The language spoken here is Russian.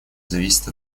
зависит